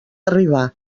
arribar